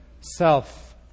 self